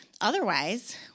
Otherwise